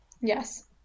Yes